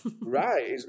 Right